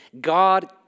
God